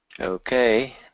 Okay